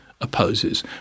opposes